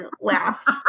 last